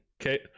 okay